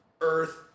Earth